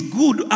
good